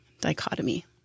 dichotomy